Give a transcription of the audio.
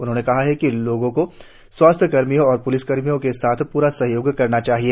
उन्होंने कहा कि लोगों को स्वास्थ्यकर्मियों और पुलिसकर्मियों के साथ पूरा सहयोग करना चाहिए